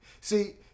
See